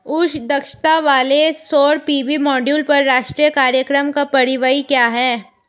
उच्च दक्षता वाले सौर पी.वी मॉड्यूल पर राष्ट्रीय कार्यक्रम का परिव्यय क्या है?